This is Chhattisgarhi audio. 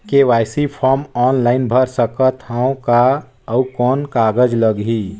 के.वाई.सी फारम ऑनलाइन भर सकत हवं का? अउ कौन कागज लगही?